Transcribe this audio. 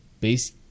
base